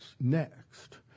next